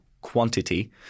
quantity